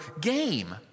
game